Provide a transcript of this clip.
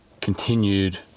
continued